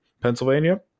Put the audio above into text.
Pennsylvania